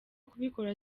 kubikora